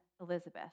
Elizabeth